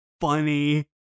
funny